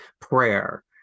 prayer